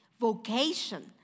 vocation